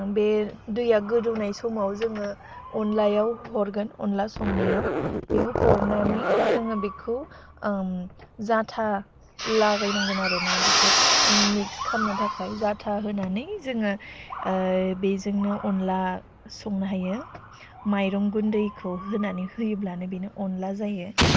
बे दैआ गोदौनाय समाव जोङो अनलायाव हरगोन अनला संनायाव बेयाव हरनानै जोङो बिखौ जाथा लागायनांगोन आरोना बिखौ मिक्स खालामनो थाखाय जाथा होनानै जोङो बेजोंनो अनला संनो हायो माइरं गुन्दैखौ होनानै होयोब्लानो बिनो अनला जायो